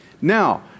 Now